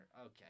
Okay